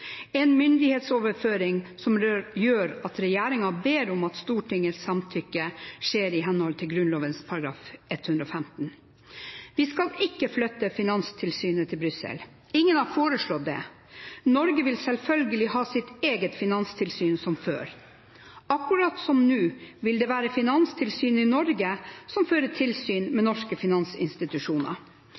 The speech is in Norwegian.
en myndighetsoverføring som gjør at regjeringen ber om at Stortingets samtykke skjer i henhold til Grunnloven § 115. Vi skal ikke flytte Finanstilsynet til Brussel. Ingen har foreslått det. Norge vil selvfølgelig ha sitt eget finanstilsyn, som før. Akkurat som nå vil det være Finanstilsynet i Norge som fører tilsyn med norske finansinstitusjoner,